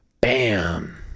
Bam